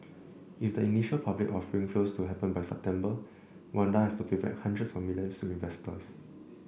if the initial public offering fails to happen by September Wanda has to pay back hundreds of millions to investors